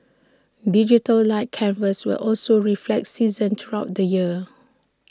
digital light canvas will also reflect seasons throughout the year